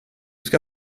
ska